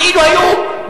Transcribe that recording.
כאילו היו,